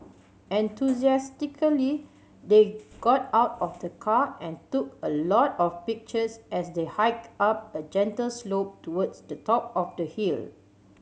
enthusiastically they got out of the car and took a lot of pictures as they hiked up a gentle slope towards the top of the hill